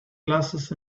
glasses